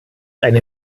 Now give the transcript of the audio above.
eine